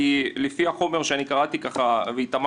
כי לפי החומר שאני קראתי והתעמקתי,